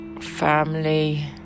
family